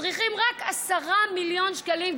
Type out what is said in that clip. צריכים רק 10 מיליון שקלים,